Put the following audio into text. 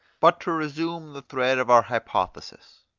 but to resume the thread of our hypothesis.